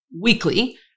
weekly